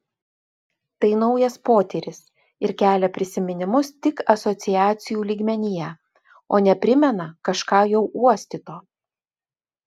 tai naujas potyris ir kelia prisiminimus tik asociacijų lygmenyje o ne primena kažką jau uostyto